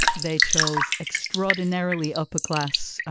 they chose extraordinarily upper-class,